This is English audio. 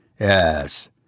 Yes